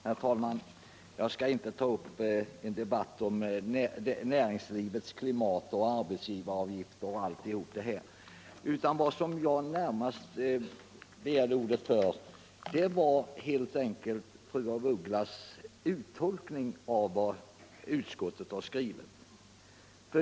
Herr talman! Jag skall inte ta upp en debatt om näringslivets klimat, arbetsgivaravgifter och allt detta: Vad som närmast föranledde mig att begära ordet var helt enkelt fru af Ugglas uttolkning av vad utskottet har skrivit.